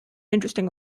interesting